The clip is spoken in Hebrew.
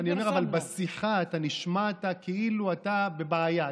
אבל אני אומר שבשיחה נשמעת כאילו אתה בבעיה,